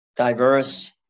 Diverse